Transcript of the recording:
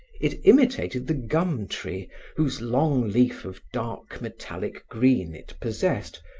it imitated the gum-tree whose long leaf of dark metallic green it possessed,